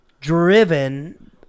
driven